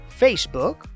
Facebook